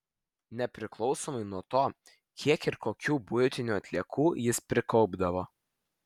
nepriklausomai nuo to kiek ir kokių buitinių atliekų jis prikaupdavo